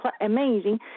amazing